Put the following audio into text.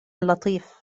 لطيف